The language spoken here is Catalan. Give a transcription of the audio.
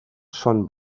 són